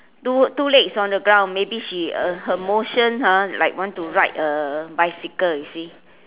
two two legs on the ground maybe she uh her motion ha like want to ride a bicycle you see